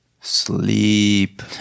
Sleep